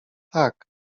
tak